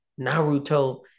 naruto